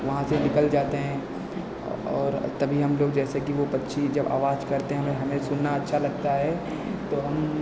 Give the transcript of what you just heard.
वहाँ से निकल जाते हैं औ और तभी हम लोग जैसे कि वह पक्षी आवाज़ करते हैं तो हमें सुनना अच्छा लगता है तो हम